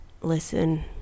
listen